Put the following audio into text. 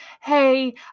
hey